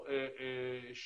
בארבעתם יש בעיה.